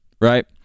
Right